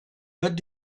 but